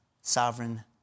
sovereign